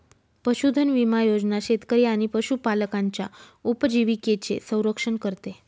पशुधन विमा योजना शेतकरी आणि पशुपालकांच्या उपजीविकेचे संरक्षण करते